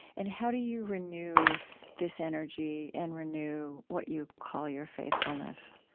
and how do you renew this energy and renew what you call your faithfulness?